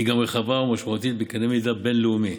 היא גם רחבה ומשמעותית בקנה מידה בין-לאומי.